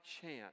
chance